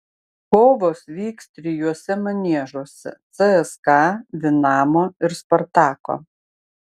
kovos vyks trijuose maniežuose cska dinamo ir spartako